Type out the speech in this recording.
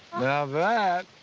now that,